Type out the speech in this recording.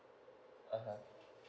(uh huh)